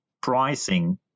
pricing